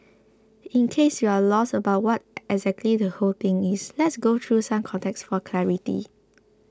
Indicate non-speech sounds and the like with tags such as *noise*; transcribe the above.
in case you're lost about what *noise* exactly the whole thing is let's go through some context for clarity